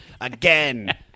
again